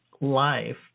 life